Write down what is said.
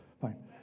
fine